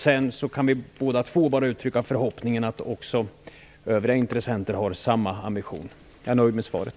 Sedan kan vi båda två bara uttrycka förhoppningen att också övriga intressenter har samma ambitioner. Jag är nöjd med svaret.